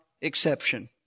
exception